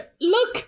Look